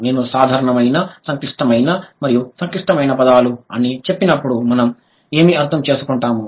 నేను సాధారణమైన సంక్లిష్టమైన మరియు సంక్లిష్టమైన పదాలు అని చెప్పినప్పుడు మనం ఏమి అర్థం చేసుకుంటాము